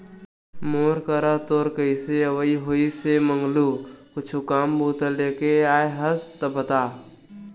मोर करा तोर कइसे अवई होइस हे मंगलू कुछु काम बूता लेके आय हस का बता?